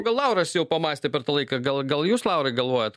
gal lauras jau pamąstė per tą laiką gal gal jūs laurai galvojat